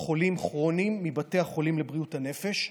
חולים כרוניים מבתי החולים לבריאות הנפש,